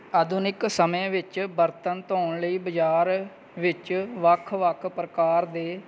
ਆਧੁਨਿਕ ਸਮੇਂ ਵਿੱਚ ਬਰਤਨ ਧੋਣ ਲਈ ਬਜ਼ਾਰ ਵਿੱਚ ਵੱਖ ਵੱਖ ਪ੍ਰਕਾਰ ਦੇ